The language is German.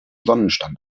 sonnenstand